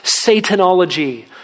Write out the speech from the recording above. Satanology